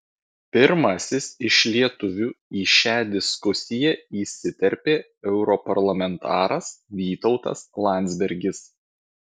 pirmasis iš lietuvių į šią diskusiją įsiterpė europarlamentaras vytautas landsbergis